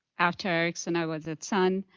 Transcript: after ericsson, i was at sun,